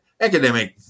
Academic